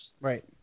Right